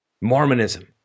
Mormonism